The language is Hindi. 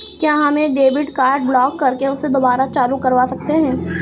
क्या हम एक डेबिट कार्ड ब्लॉक करके उसे दुबारा चालू करवा सकते हैं?